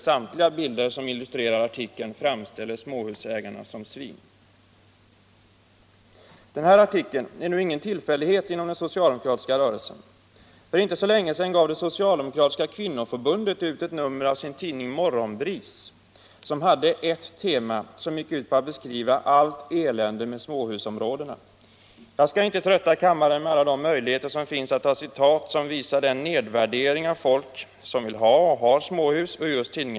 Samtliga bilder som illustrerar artikeln framställer småhusägarna som svin. Den här artikeln är nu ingen tillfällighet inom den socialdemokratiska rörelsen. För inte så länge sedan gav det socialdemokratiska kvinnoförbundet ut ett nummer av sin tidning Morgonbris med ett tema som gick ut på att beskriva allt elände med småhusområdena. Jag skall inte trötta kammaren med alla de möjligheter som finns att ta citat som visar nedvärderingen av folk som vill ha och har småhus.